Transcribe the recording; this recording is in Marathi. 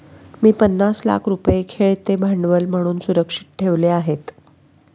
मी पन्नास लाख रुपये खेळते भांडवल म्हणून सुरक्षित ठेवले आहेत